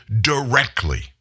directly